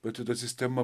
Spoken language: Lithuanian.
pati ta sistema